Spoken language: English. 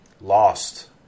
lost